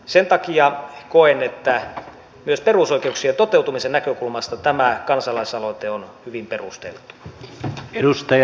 sen takia koen että myös perusoikeuksien toteutumisen näkökulmasta tämä kansalaisaloite on hyvin perusteltu